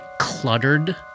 cluttered